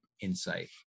insight